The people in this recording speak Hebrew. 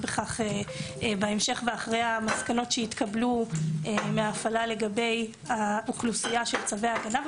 בהמשך ואחרי המסקנות שיתקבלו מהפעלה לגבי אוכלוסייה של צווי הגנה.